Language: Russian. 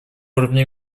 уровне